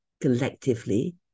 collectively